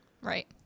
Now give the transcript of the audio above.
right